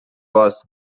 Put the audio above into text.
was